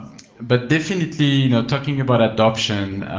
but definitely, you know talking about adoption,